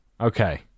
Okay